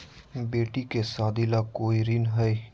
बेटी के सादी ला कोई ऋण हई?